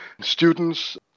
students